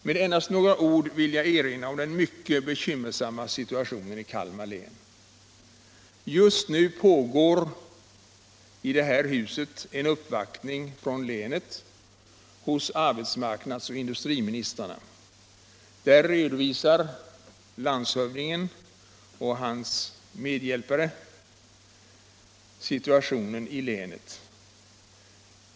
Med endast några ord vill jag erinra om den mycket bekymmersamma situationen i Kalmar län. Just nu pågår i detta hus en uppvaktning från länet hos arbetsmarknadsoch industriministrarna. Där redovisar landshövdingen och olika kommunrepresentanter läget i länet.